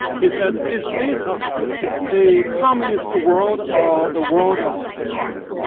he said is this the communist world or the world of the cross?